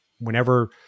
whenever